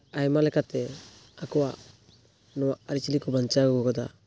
ᱟᱭᱢᱟ ᱞᱮᱠᱟᱛᱮ ᱟᱠᱚᱣᱟᱜ ᱱᱚᱣᱟ ᱟᱹᱨᱤᱪᱟᱹᱞᱤ ᱠᱚ ᱵᱟᱧᱪᱟᱣ ᱟᱹᱜᱩ ᱟᱠᱟᱫᱟ